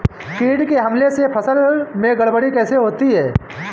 कीट के हमले से फसल में गड़बड़ी कैसे होती है?